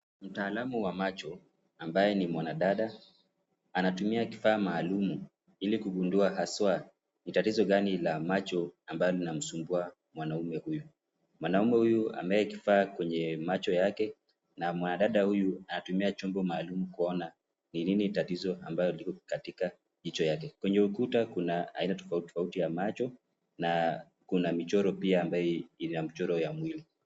Mtaalamu wa macho ambaye ni mwanadada anatumia kifaa maalum ili kukundua aswa ni tatizo gani la macho ambalo linalomsumbua mwanaume huyu, mwanaume huyu anayekifaa kwa macho yake na mwanadada huyu anatumia chombo maalum kuona ni nini tatizo lililo katika jicho yake, kwenye ukuta kuna aina tofauti tofauti ya macho na kuna michoro pia ambayo ni mchoro ya mwili.